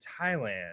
Thailand